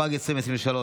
התשפ"ג 2023,